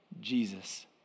Jesus